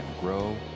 grow